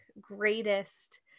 greatest